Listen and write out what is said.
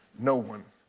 no one,